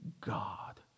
God